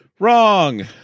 Wrong